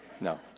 No